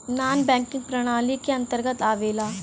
नानॅ banking प्रणाली के अंतर्गत आवेला